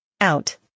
Out